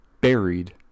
buried